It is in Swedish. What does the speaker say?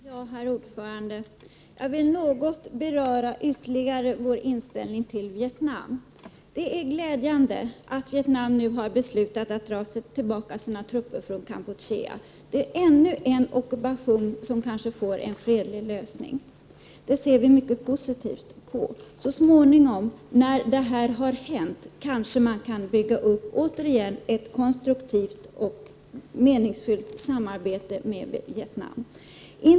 Herr talman! Jag vill ytterligare något beröra vår inställning till Vietnam. Det är glädjande att Vietnam nu har beslutat att dra tillbaka sina trupper från Kampuchea. Det är ytterligare en ockupation som kanske får en fredlig lösning, vilket vi ser som mycket positivt. Så småningom när detta har blivit verklighet kanske man återigen kan bygga upp ett konstruktivt och meningsfullt samarbete med Vietnam.